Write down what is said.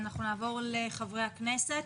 נעבור לחברי הכנסת,